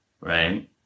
right